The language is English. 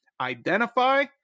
Identify